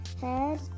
head